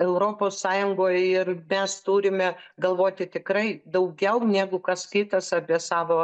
europos sąjungoj ir mes turime galvoti tikrai daugiau negu kas kitas apie savo